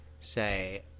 say